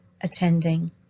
attending